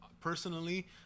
personally